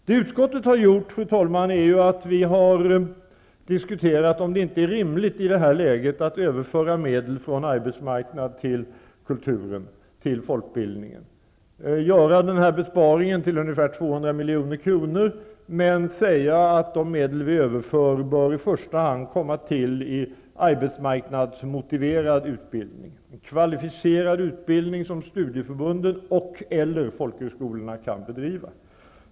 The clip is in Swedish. Vad utskottet har gjort, fru talman, är att diskutera om det inte i detta läge är rimligt att överföra medel från arbetsmarknaden till folkbildningen. Vi vill göra denna besparing om ungefär 200 milj.kr., men säger att de medel som vi överför bör i första hand gå till arbetsmarknadsmotiverad utbildning, kvalificerad utbildning som studieförbunden och/eller folkhögskolorna kan bedriva.